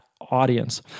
audience